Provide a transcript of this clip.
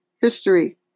history